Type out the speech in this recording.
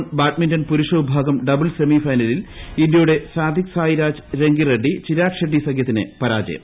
China open badminton പൂരൂഷ വിഭാഗം doubles semi ഫൈനലിൽ ഇന്ത്യയുടെ സാത്വിക് സായ്രാജ് രങ്കി റെഡ്സി ചിരാഗ് ഷെട്ടി സഖ്യത്തിന് പരാജയം